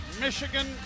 Michigan